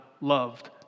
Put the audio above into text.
loved